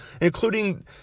including